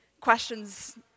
questions